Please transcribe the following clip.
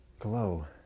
glow